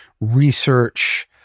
research